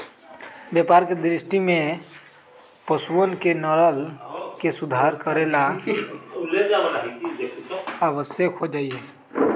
व्यापार के दृष्टि से पशुअन के नस्ल के सुधार करे ला आवश्यक हो जाहई